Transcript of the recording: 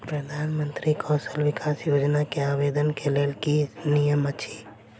प्रधानमंत्री कौशल विकास योजना केँ आवेदन केँ लेल की नियम अछि?